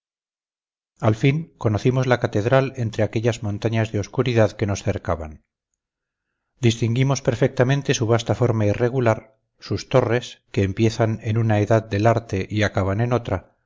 al fin conocimos la catedral entre aquellas montañas de oscuridad que nos cercaban dintinguimos perfectamente su vasta forma irregular sus torres que empiezan en una edad del arte y acaban en otra